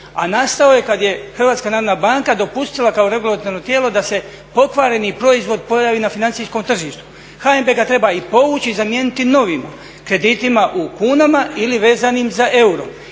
a nastao je kad je Hrvatska narodna banka dopustila kao regulatorno tijelo da se pokvareni proizvod pojavi na financijskom tržištu. HNB ga treba i povući i zamijeniti novim kreditima u kunama ili vezanim za euro